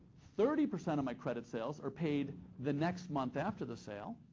thirty percent of my credit sales are paid the next month after the sale.